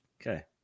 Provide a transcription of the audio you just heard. Okay